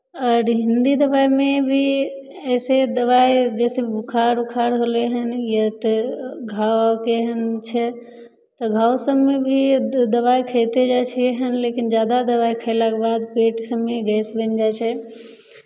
आओर हिन्दी दबाइमे भी अइसे दबाइ जइसे बुखार उखार होलै हन या तऽ घाव केहन छै तऽ घाव सभमे भी दबाइ खयते जाइ छिहैन लेकिन ज्यादा दबाइ खयलाके बाद पेट सभमे गैस बनि जाइ छै